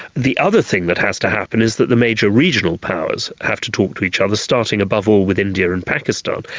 the other thing that has to happen is that the major regional powers have to talk to each other, starting above all with india and pakistan.